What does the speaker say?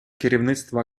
керівництва